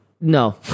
No